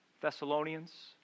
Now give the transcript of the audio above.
Thessalonians